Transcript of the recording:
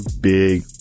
big